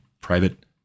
private